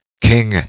King